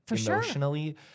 emotionally